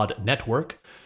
Network